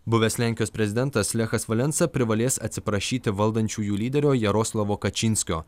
buvęs lenkijos prezidentas lechas valensa privalės atsiprašyti valdančiųjų lyderio jaroslavo kačinskio